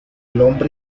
hombre